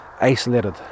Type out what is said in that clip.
isolated